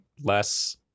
less